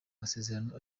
masezerano